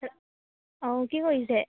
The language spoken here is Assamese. অঁ কি কৰিছে